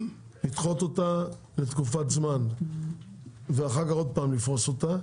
לדחות אותה לתקופת זמן ואחר כך עוד פעם לפרוס אותה,